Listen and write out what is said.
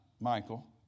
Michael